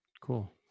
cool